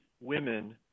women